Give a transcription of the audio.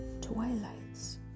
Twilights